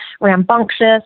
rambunctious